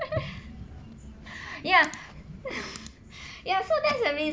yeah yeah so that's the reas~